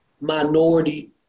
minority